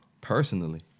personally